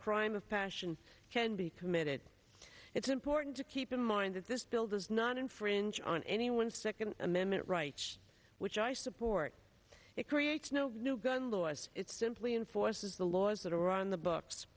crime of passion can be committed it's important to keep in mind that this bill does not infringe on anyone's second amendment rights which i support it creates no new gun laws it simply enforces the laws that are on the books